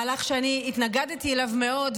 מהלך שאני התנגדתי לו מאוד,